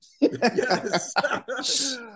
yes